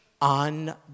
on